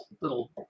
little